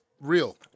real